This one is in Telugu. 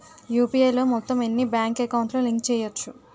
యు.పి.ఐ లో మొత్తం ఎన్ని బ్యాంక్ అకౌంట్ లు లింక్ చేయచ్చు?